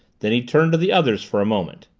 then he turned to the others for a moment.